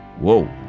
Whoa